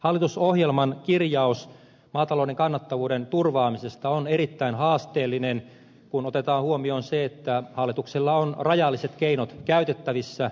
hallitusohjelman kirjaus maatalouden kannattavuuden turvaamisesta on erittäin haasteellinen kun otetaan huomioon se että hallituksella on rajalliset keinot käytettävissä